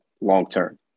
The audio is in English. long-term